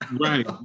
Right